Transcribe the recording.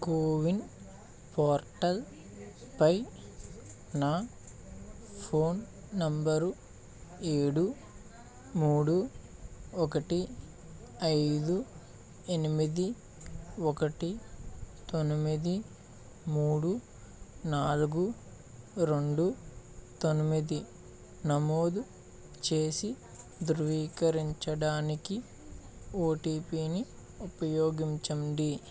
కో win portal పై నా phone number ఏడు మూడు ఒకటి ఐదు ఎనిమిది ఒకటి తొమ్మిది మూడు నాలుగు రెండు తొమ్మిది నమోదు చేసి ధృవీకరరించడానికి ఓటీపీని ఉపయోగించండి